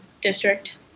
district